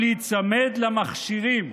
הוא להיצמד למכשירים.